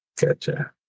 Gotcha